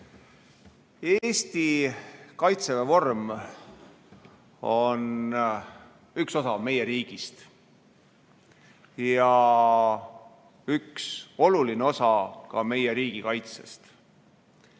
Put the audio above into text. Eesti Kaitseväe vorm on üks osa meie riigist ja üks oluline osa meie riigikaitsest,